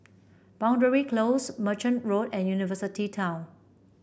Boundary Close Merchant Road and University Town